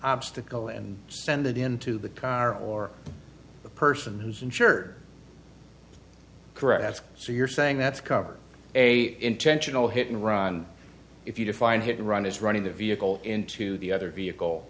obstacle and send it into the car or the person who's insured correct that's so you're saying that's covered a intentional hit and run if you define hit and run is running the vehicle into the other vehicle